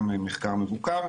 גם מחקר מבוקר.